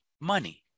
money